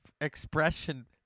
expression